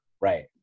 right